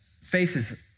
faces